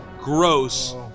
Gross